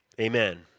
amen